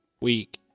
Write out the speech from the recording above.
week